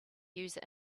user